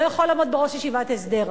לא יכול לעמוד בראש ישיבת הסדר.